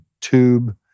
tube